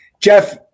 Jeff